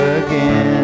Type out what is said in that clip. again